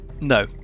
No